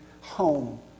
home